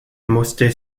musste